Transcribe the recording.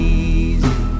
easy